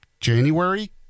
January